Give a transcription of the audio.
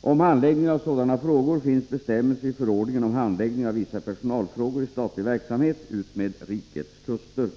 Om handläggningen av sådana frågor finns bestämmelser i förordningen om handläggning av vissa personalfrågor i statlig verksamhet utmed rikets kuster.